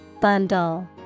Bundle